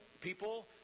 people